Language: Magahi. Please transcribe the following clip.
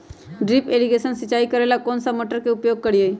ड्रिप इरीगेशन सिंचाई करेला कौन सा मोटर के उपयोग करियई?